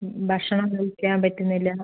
ഭക്ഷണം കഴിക്കാൻ പറ്റുന്നില്ല